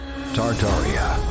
Tartaria